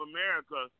America